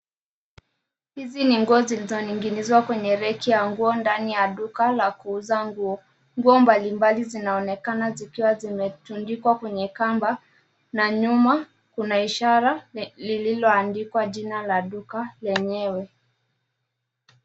Hizi ni nguo zilizoning'inizwa kwa reki ya nguo ndani ya duka la kuuza nguo. Nguo mbalimbali zinaonekana zikiwa zimetundikwa kwenye kamba na nyuma kuna ishara lililoandikwa jina ya duka lenyewe.